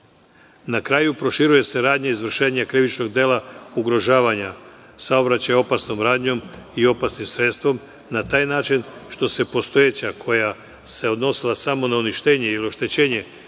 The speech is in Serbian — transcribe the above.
kraju, proširuje se radnja izvršenja krivičnog dela ugrožavanja saobraćaja opasnom radnjom i opasnim sredstvom na taj način što se postojeća, koja se odnosila samo na uništenje ili oštećenje